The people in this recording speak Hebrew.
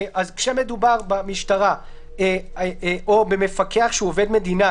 כשמדובר במשטרה או במפקח שהוא עובד מדינה,